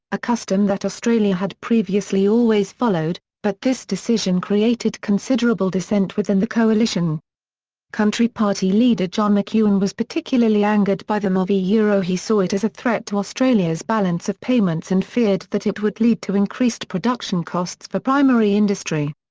a custom that australia had previously always followed, but this decision created considerable dissent within the coalition country party leader john mcewen was particularly angered by the move yeah he saw it as a threat to australia's balance of payments and feared that it would lead to increased production costs for primary industry.